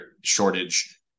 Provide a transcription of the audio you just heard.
shortage